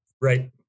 right